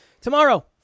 Tomorrow